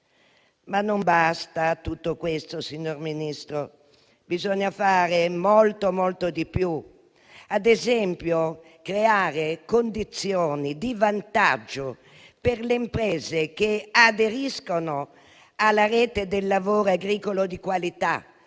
non basta, signor Ministro. Bisogna fare molto di più come, ad esempio, creare condizioni di vantaggio per le imprese che aderiscono alla Rete del lavoro agricolo di qualità: